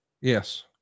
Yes